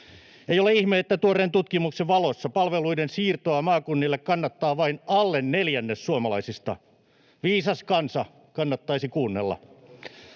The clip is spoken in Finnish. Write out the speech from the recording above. Ei ole ihme, että tuoreen tutkimuksen valossa palveluiden siirtoa maakunnille kannattaa vain alle neljännes suomalaisista. Viisas kansa, kannattaisi kuunnella.